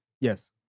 yes